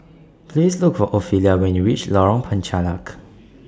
Please Look For Ofelia when YOU REACH Lorong Penchalak